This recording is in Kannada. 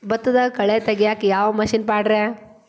ಭತ್ತದಾಗ ಕಳೆ ತೆಗಿಯಾಕ ಯಾವ ಮಿಷನ್ ಪಾಡ್ರೇ?